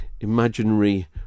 imaginary